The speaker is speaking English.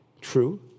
true